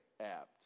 apt